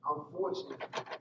Unfortunately